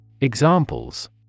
Examples